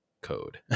code